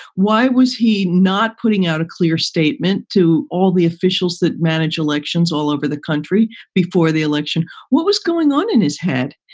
why was he not putting out a clear statement to all the officials that manage elections all over the country before the election? what was going on in his head?